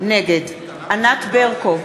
נגד ענת ברקו,